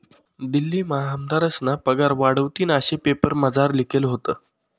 दिल्लीमा आमदारस्ना पगार वाढावतीन आशे पेपरमझार लिखेल व्हतं